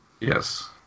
Yes